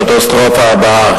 את הקטסטרופה הבאה.